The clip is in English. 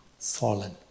Fallen